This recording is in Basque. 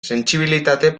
sentsibilitate